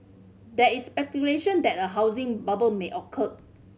there is speculation that a housing bubble may occur